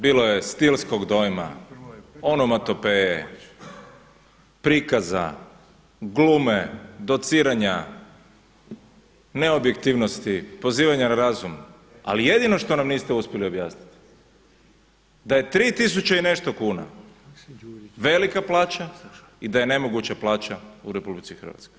Bilo je stilskog dojma, onomatopeje, prikaza, glume, dociranja, neobjektivnosti, pozivanja na razum, ali jedino što nam niste uspjeli objasniti da je tri tisuće i nešto kuna velika plaća i da je nemoguća plaća u RH.